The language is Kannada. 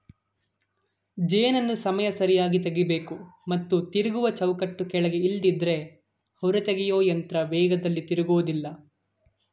ಜೇನನ್ನು ಸಮಯ ಸರಿಯಾಗಿ ತೆಗಿಬೇಕು ಮತ್ತು ತಿರುಗುವ ಚೌಕಟ್ಟು ಕೆಳಗೆ ಇಲ್ದಿದ್ರೆ ಹೊರತೆಗೆಯೊಯಂತ್ರ ವೇಗದಲ್ಲಿ ತಿರುಗೋದಿಲ್ಲ